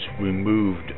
removed